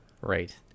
Right